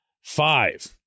five